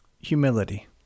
Humility